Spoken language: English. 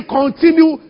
continue